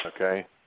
Okay